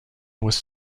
was